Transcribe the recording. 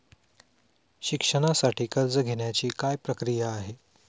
शिक्षणासाठी कर्ज घेण्याची काय प्रक्रिया आहे?